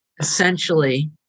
essentially